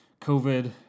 COVID